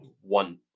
one